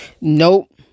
Nope